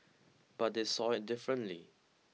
but they saw it differently